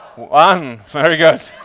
one. very good.